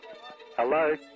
Hello